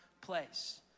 place